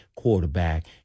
Quarterback